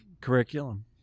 curriculum